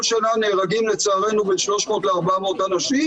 שנה נהרגים לצערנו בין 300-400 אנשים,